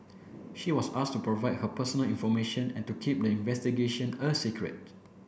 she was asked to provide her personal information and to keep the investigation a secret